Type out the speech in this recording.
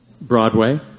Broadway